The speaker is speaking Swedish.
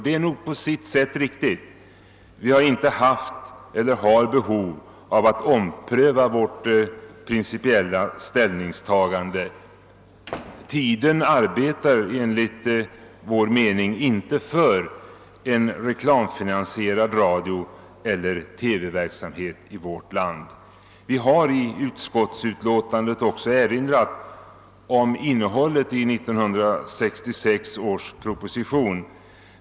Det är nog på sitt sätt riktigt. Vi har inte och har heller inte haft behov av att ompröva vårt principiella ställningstagande. Tiden arbetar enligt vår mening inte för en reklamfinansierad radiooch TV-verksamhet i vårt land. Vi har i utskottsutlåtandet också erinrat om innehållet i 1966 års proposition.